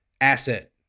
asset